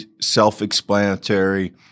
self-explanatory